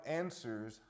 answers